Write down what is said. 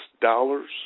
dollars